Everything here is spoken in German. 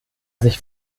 sich